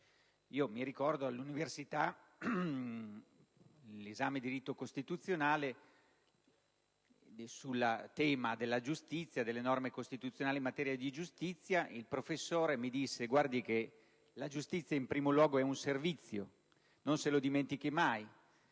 Mi ricordo che all'università, all'esame di diritto costituzionale, sul tema delle norme costituzionali in materia di giustizia il professore mi disse: guardi che la giustizia in primo luogo è un servizio, non se lo dimentichi mai;